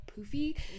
poofy